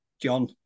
John